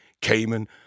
Cayman